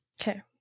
Okay